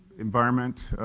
environment,